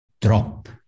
drop